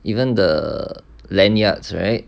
even the lanyards right